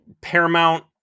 Paramount